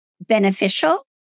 beneficial